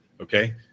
Okay